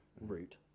route